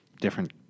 different